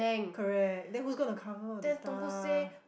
correct then who's going to cover all the stuff